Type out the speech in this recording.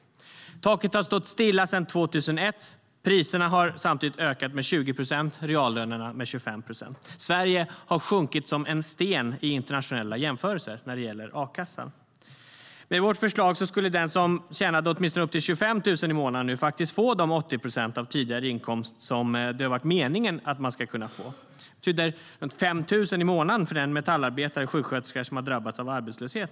Taket har stått stilla sedan 2001 samtidigt som priserna har ökat med 20 procent och reallönerna med 25 procent. Sverige har sjunkit som en sten i internationella jämförelser när det gäller a-kassan. Med vårt förslag skulle den som tjänade upp till 25 000 i månaden nu faktiskt få de 80 procent av tidigare inkomst som det har varit meningen att man ska kunna få. Det betyder 5 000 kronor i månaden för den metallarbetare eller sjuksköterska som har drabbats av arbetslöshet.